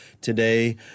today